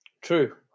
true